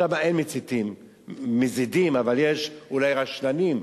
שם אין מציתים מזידים אבל יש אולי רשלנים,